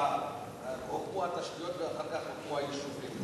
בהחלט שהוקמו התשתיות ואחר כך הוקמו היישובים.